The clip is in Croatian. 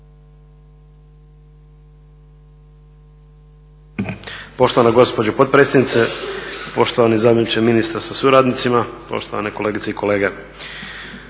Poštovana gospođo potpredsjedniče, poštovani zamjeniče ministra sa suradnicima, poštovane kolegice i kolege.